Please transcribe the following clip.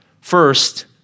First